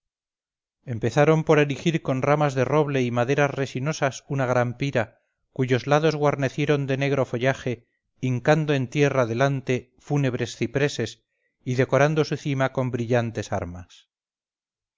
empezaron por erigir con ramas de roble y maderas resinosas una gran pira cuyos lados guarnecieron de negro follaje hincando en tierra delante fúnebres cipreses y decorando su cima con brillantes armas